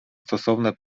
stosowne